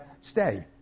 stay